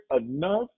enough